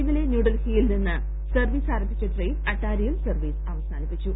ഇന്നലെ ന്യൂഡൽഹിയിൽ നിന്ന് സർവീസ് ആരംഭിച്ച ട്രെയിൻ അട്ടാരിയിൽ സർവീസ് അവസാനിപ്പിച്ചു